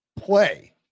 play